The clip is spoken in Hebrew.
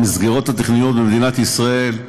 המסגרות התכנוניות במדינת ישראל,